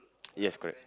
yes correct